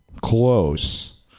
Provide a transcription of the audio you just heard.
Close